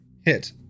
Hit